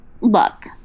look